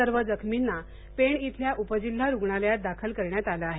सर्व जखमींना पेण इथल्या उपजिल्हा रूग्णालयात दाखल करण्यात आलं आहे